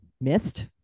missed